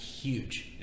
huge